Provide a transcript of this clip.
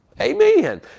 Amen